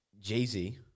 Jay-Z